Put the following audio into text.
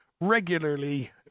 regularly